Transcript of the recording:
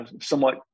somewhat